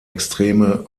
extreme